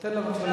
תן לה לסיים.